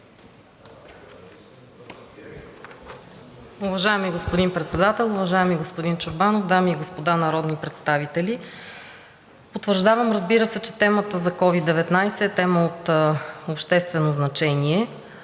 Уважаеми господин Председател, уважаеми господин Чорбанов, дами и господа народни представители! Потвърждавам, разбира се, че темата за COVID-19 е тема от обществено значение,